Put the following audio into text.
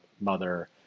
mother